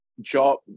job